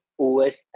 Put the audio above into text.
OS